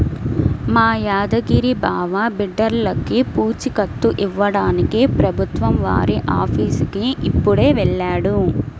మా యాదగిరి బావ బిడ్డర్లకి పూచీకత్తు ఇవ్వడానికి ప్రభుత్వం వారి ఆఫీసుకి ఇప్పుడే వెళ్ళాడు